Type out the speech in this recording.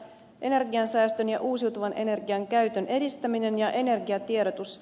energiansäästön ja uusiutuvan energian käytön edistäminen ja energiatiedotus